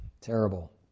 Terrible